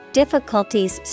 Difficulties